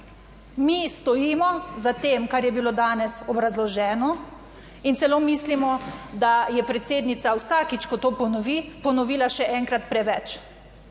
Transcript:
Mi stojimo za tem, kar je bilo danes obrazloženo in celo mislimo, da je predsednica vsakič, ko to ponovi, ponovila še enkrat preveč.